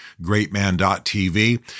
greatman.tv